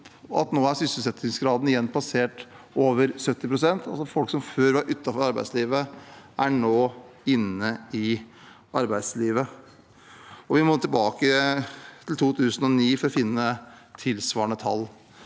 og at den nå igjen har passert over 70 pst. Folk som før var utenfor arbeidslivet, er nå inne i arbeidslivet. Vi må tilbake til 2009 for å finne tilsvarende tall.